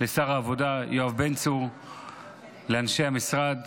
לשר העבודה יואב בן צור ולאנשי המשרד